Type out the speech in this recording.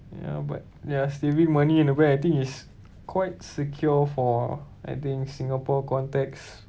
ya but ya saving money in the bank I think it's quite secure for I think singapore context